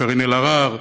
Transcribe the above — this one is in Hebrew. קארין אלהרר,